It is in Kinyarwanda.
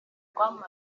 twamaze